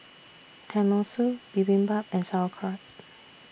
Tenmusu Bibimbap and Sauerkraut